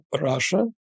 Russia